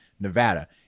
Nevada